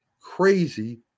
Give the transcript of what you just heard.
crazy